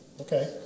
Okay